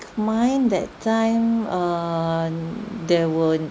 mine that time err there were